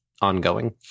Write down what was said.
ongoing